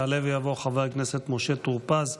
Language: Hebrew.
יעלה ויבוא חבר הכנסת משה טור פז,